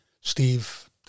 Steve